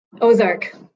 Ozark